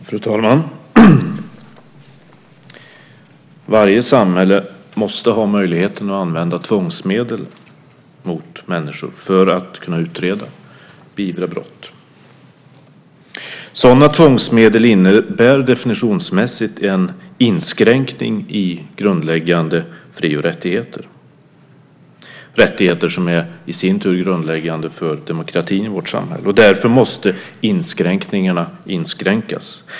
Fru talman! Varje samhälle måste ha möjlighet att använda tvångsmedel mot människor för att kunna utreda och beivra brott. Sådana tvångsmedel innebär definitionsmässigt en inskränkning i grundläggande fri och rättigheter, rättigheter som i sin tur är grundläggande för demokratin i vårt samhälle. Därför måste inskränkningarna inskränkas.